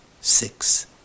six